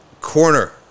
corner